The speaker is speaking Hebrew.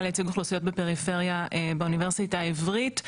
לייצוג אוכלוסיות בפריפריה באוניברסיטה העברית.